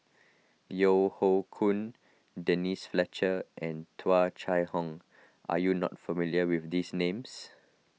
Yeo Hoe Koon Denise Fletcher and Tung Chye Hong are you not familiar with these names